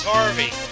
Harvey